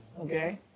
Okay